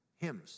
Hymns